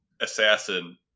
assassin